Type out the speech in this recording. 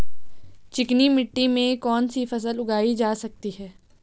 चिकनी मिट्टी में कौन सी फसल उगाई जा सकती है?